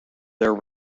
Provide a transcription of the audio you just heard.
their